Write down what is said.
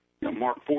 Mark